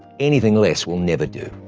anything less will never do.